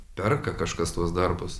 perka kažkas tuos darbus